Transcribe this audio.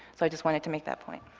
so i just wanted to make that point.